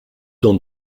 dans